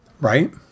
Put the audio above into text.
right